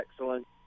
excellent